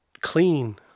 clean